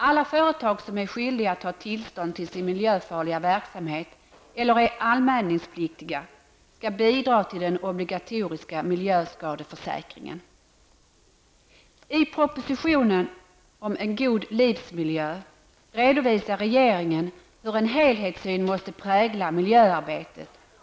Alla företag som är skyldiga att ha tillstånd till sin miljöfarliga verksamhet, eller är anmälningspliktiga, skall bidra till den obligatoriska miljöskadeförsäkringen. I propositionen om en god livsmiljö redovisar regeringen hur en helhetssyn måste prägla miljöarbetet.